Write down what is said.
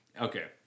okay